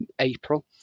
April